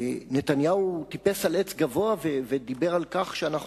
נתניהו טיפס על עץ גבוה ודיבר על כך שאנחנו